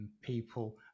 people